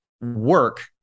work